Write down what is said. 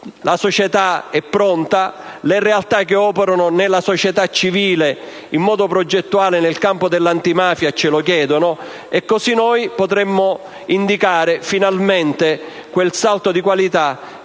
La società è pronta, le realtà che operano nella società civile in modo progettuale nel campo dell'antimafia ce lo chiedono. Così noi potremmo indicare finalmente quel salto di qualità